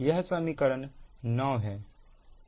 यह समीकरण 9 है